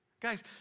Guys